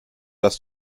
dass